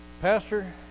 Pastor